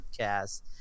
podcast